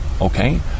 Okay